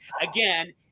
again